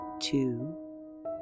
two